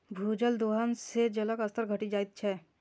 भूजल दोहन सं जलक स्तर घटि जाइत छै